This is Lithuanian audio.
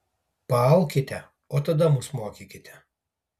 paaukite o tada mus mokykite